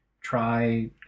try